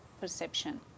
perception